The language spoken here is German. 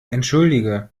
entschuldige